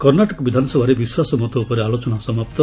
କର୍ଷ୍ଣାଟକ ବିଧାନସଭାରେ ବିଶ୍ୱାସମତ ଉପରେ ଆଲୋଚନା ସମାପ୍ତ